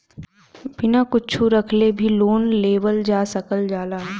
बिना कुच्छो रखले भी लोन लेवल जा सकल जाला